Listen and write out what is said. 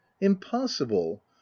impossible